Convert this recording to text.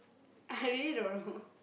I really don't know